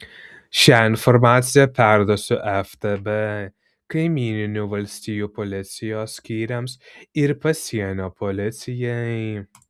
šią informaciją perduosiu ftb kaimyninių valstijų policijos skyriams ir pasienio policijai